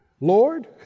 Lord